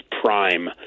prime